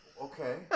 Okay